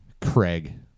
Craig